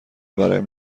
برایم